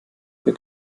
für